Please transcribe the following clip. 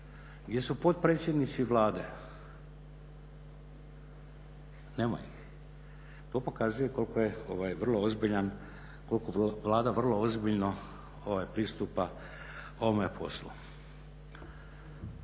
gdje su potpredsjednici Vlade? Nema ih. To pokazuje koliko Vlada vrlo ozbiljno pristupa ovome poslu.